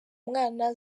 mwana